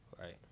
Right